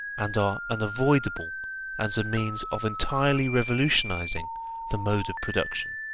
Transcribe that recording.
and are unavoidable as a means of entirely revolutionising the mode of production.